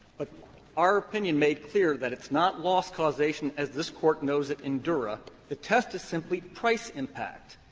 but our opinion made clear that it's not loss causation as this court knows it in dura the test is simply price impact.